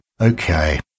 Okay